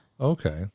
Okay